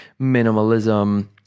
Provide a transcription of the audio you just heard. minimalism